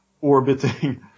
orbiting